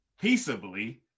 peaceably